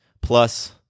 plus